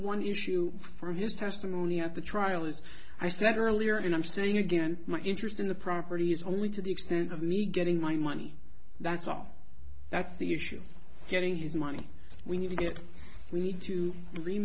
one issue from his testimony at the trial as i said earlier and i'm saying again my interest in the property is only to the extent of me getting my money that's all that's the issue getting his money we need to get we need to